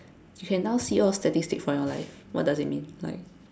you can now see all statistics from your life what does it mean like